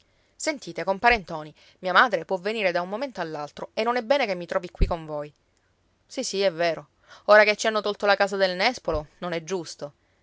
sentite compare ntoni mia madre può venire da un momento all'altro e non è bene che mi trovi qui con voi sì sì è vero ora che ci hanno tolto la casa del nespolo non è giusto